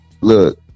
Look